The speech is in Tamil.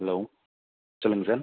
ஹலோ சொல்லுங்கள் சார்